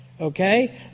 Okay